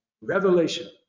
revelation